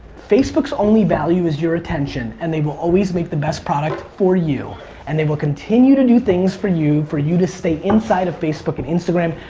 facebook's only value is your attention and they will always make the best product for you and they will continue to do things for you, for you to stay inside of facebook and instagram.